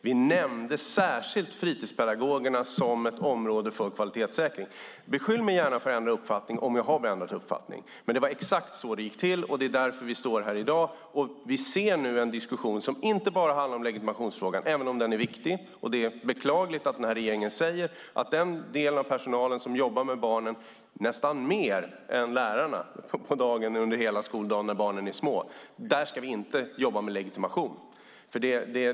Vi nämnde särskilt fritidspedagoger som ett område för kvalitetssäkring. Beskyll mig gärna för att ändra uppfattning om jag har ändrat uppfattning. Men det var exakt så det gick till. Det är därför vi står här i dag. Vi ser nu en diskussion som inte bara handlar om legitimationsfrågan, även om den är viktig. Det är beklagligt att regeringen säger att för den del av personalen om jobbar med barnen nästan mer än lärarna under hela skoldagen när barnen är små ska vi inte jobba med legitimation.